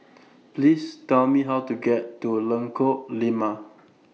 Please Tell Me How to get to Lengkok Lima